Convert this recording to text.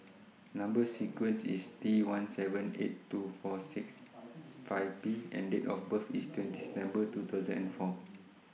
Number sequence IS T one seven eight two four six five P and Date of birth IS twenty September two thousand and four